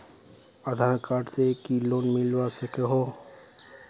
आधार card से की loan मिलवा सकोहो?